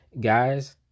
Guys